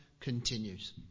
continues